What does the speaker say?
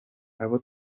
abo